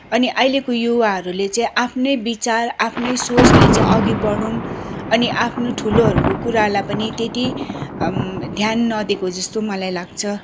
अनि अहिलेको युवाहरूले चाहिँ आफ्नै बिचार आफ्नै सोचले चाहिँ अघि बढौँ अनि आफ्नो ठुलोहरूको कुरालाई पनि त्यति ध्यान नदिएको जस्तो मलाई लाग्छ